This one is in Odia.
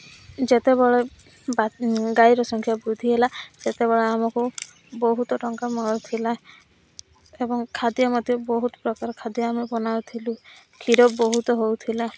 ଯେତେବେଳେ ଗାଈର ସଂଖ୍ୟା ବୃଦ୍ଧି ହେଲା ସେତେବେଳେ ଆମକୁ ବହୁତ ଟଙ୍କା ମିଳୁଥିଲା ଏବଂ ଖାଦ୍ୟ ମଧ୍ୟ ବହୁତ ପ୍ରକାର ଖାଦ୍ୟ ଆମେ ବନାଉଥିଲୁ କ୍ଷୀର ବହୁତ ହଉଥିଲା